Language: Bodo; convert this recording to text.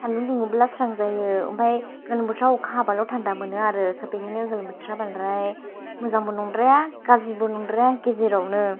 सान्दुं दुङोब्ला स्रां जायो ओमफ्राय गोलोम बोथाराव अखा हाबाल' थान्दा मोनो आरो बेखायनो गोलोम बोथारा बांद्राय मोजांबो नंद्राया गाज्रिबो नंद्राया गेजेरावनो